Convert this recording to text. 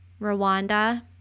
Rwanda